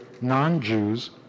non-Jews